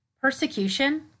Persecution